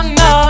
no